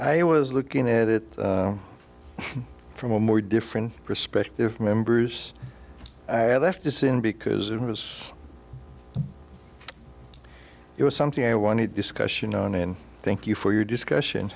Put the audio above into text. was looking at it from a more different perspective members i had left this in because it was it was something i wanted discussion on and thank you for your discussion